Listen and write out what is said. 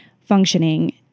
functioning